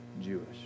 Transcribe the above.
Jewish